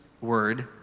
word